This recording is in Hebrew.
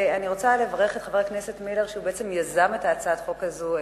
אני רוצה לברך את חבר הכנסת מילר שיזם את הצעת החוק הזו,